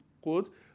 quote